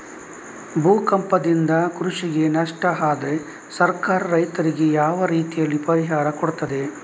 ಭೂಕಂಪದಿಂದ ಕೃಷಿಗೆ ನಷ್ಟ ಆದ್ರೆ ಸರ್ಕಾರ ರೈತರಿಗೆ ಯಾವ ರೀತಿಯಲ್ಲಿ ಪರಿಹಾರ ಕೊಡ್ತದೆ?